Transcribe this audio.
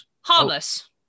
harmless